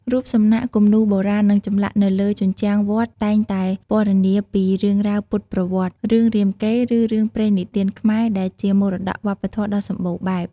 រូបសំណាក់ គំនូរបុរាណ និងចម្លាក់នៅលើជញ្ជាំងវត្តតែងតែពណ៌នាពីរឿងរ៉ាវពុទ្ធប្រវត្តិ រឿងរាមកេរ្តិ៍ ឬរឿងព្រេងនិទានខ្មែរ ដែលជាមរតកវប្បធម៌ដ៏សម្បូរបែប។